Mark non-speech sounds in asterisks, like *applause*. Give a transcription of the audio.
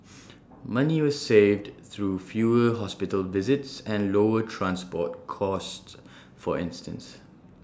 *noise* money was saved through fewer hospital visits and lower transport costs for instance